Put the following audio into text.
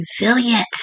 resilient